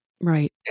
Right